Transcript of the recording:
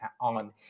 on